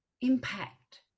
impact